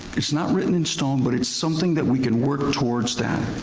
it's not written in stone but it's something that we can work towards that,